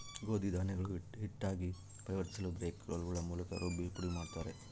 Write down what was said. ಗೋಧಿ ಧಾನ್ಯಗಳು ಹಿಟ್ಟಾಗಿ ಪರಿವರ್ತಿಸಲುಬ್ರೇಕ್ ರೋಲ್ಗಳ ಮೂಲಕ ರುಬ್ಬಿ ಪುಡಿಮಾಡುತ್ತಾರೆ